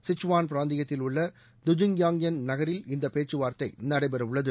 Sichuan பிராந்தியத்தில் உள்ள Dujiangyan நகரில் இந்த பேச்சுவார்த்தை நடைபெறவுள்ளது